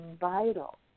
vital